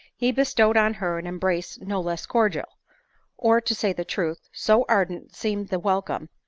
he bestowed on her an embrace no less cordial or, to say the truth, so ardent seemed the welcome,